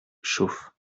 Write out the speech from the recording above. chauffe